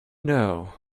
know